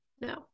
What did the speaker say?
No